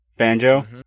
Banjo